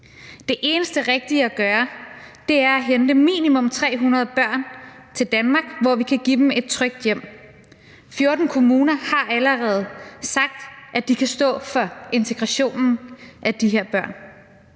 Det eneste rigtige at gøre er at hente minimum 300 børn til Danmark, hvor vi kan give dem et trygt hjem. 14 kommuner har allerede sagt, at de kan stå for integrationen af de her børn.